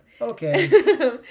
okay